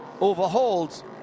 overhauled